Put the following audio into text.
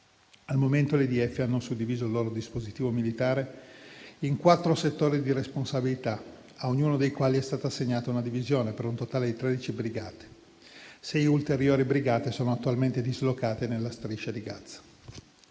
Al momento, le IDF hanno suddiviso il loro dispositivo militare in quattro settori di responsabilità, a ognuno dei quali è stata assegnata una divisione per un totale di 13 brigate. Sei ulteriori brigate sono attualmente dislocate nella Striscia di Gaza.